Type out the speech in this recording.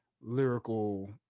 lyrical